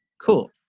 cool.